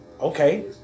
Okay